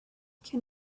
can